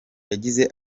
yagize